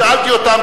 שאלתי אותם,